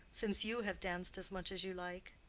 since you have danced as much as you like.